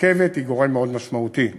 הרכבת היא גורם מאוד משמעותי בכך.